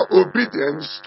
obedience